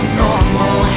normal